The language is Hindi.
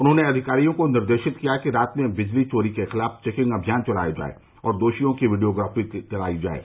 उन्होंने अधिकारियों को निर्देशित किया कि रात में बिजली चोरी के ख़िलाफ चेकिंग अभियान चलाया जाये और दोषियों की वीडियोग्राफी करायी जाये